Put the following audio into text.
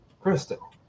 Crystal